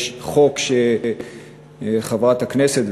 יש חוק שחברת הכנסת,